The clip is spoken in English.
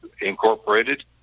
incorporated